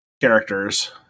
characters